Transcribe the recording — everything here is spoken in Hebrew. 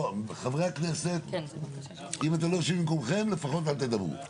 חברי הכנסת אם אתם לא יושבים במקומכם לפחות אל תדברו.